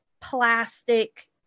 plastic